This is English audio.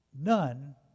none